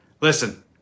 Listen